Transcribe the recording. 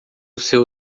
seu